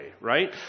right